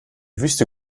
wüste